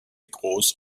groß